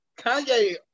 Kanye